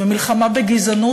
בגזענות,